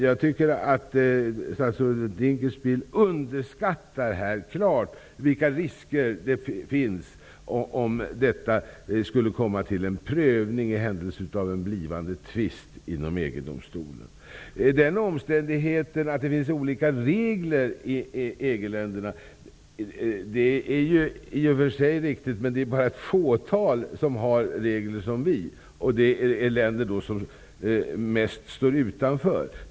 Jag tycker att statsrådet Dinkelspiel klart underskattar vilka risker som finns om detta skulle komma till en prövning i EG-domstolen, i händelse av en blivande tvist. Att det finns olika regler i EG-länderna är i och för sig riktigt, men det är bara ett fåtal som har samma regler som vi, och det är mest länder som står utanför.